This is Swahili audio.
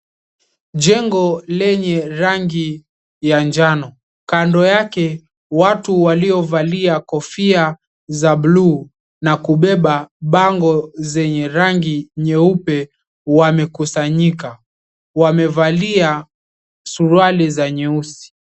Jengo lenye rangi ya njano. Kando yake watu waliovalia kofia za blue na kubeba bango zenye rangi nyeupe wamekusanyika. Wamevalia suruali za nyeusi.